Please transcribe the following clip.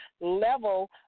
level